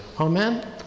Amen